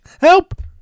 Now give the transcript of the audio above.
Help